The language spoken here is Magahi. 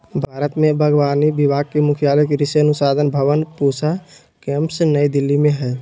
भारत में बागवानी विभाग के मुख्यालय कृषि अनुसंधान भवन पूसा केम्पस नई दिल्ली में हइ